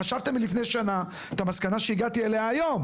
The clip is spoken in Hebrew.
חשבתם לפני שנה את המסקנה שהגעתי אליה היום.